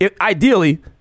ideally